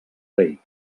rei